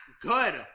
good